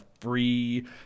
free